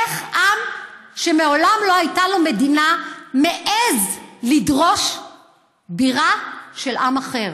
איך עם שמעולם לא הייתה לו מדינה מעז לדרוש בירה של עם אחר,